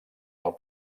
pel